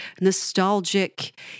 nostalgic